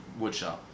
woodshop